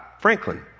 Franklin